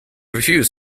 refuse